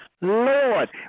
Lord